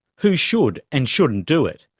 who should and shouldn't do it?